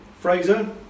Fraser